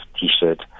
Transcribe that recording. t-shirt